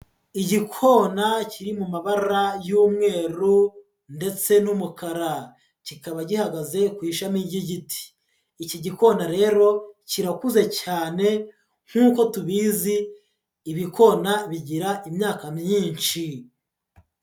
Igikona kiri mu mabara y'umweru ndetse n'umukara, kikaba gihagaze ku ishami ry'igiti, iki gikona rero kirakuze cyane nk'uko tubizi ibikona bigira imyaka myinshi.